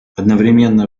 одновременно